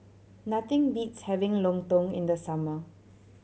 nothing beats having lontong in the summer